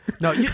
no